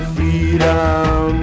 Freedom